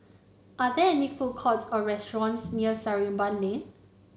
are there food courts or restaurants near Sarimbun Lane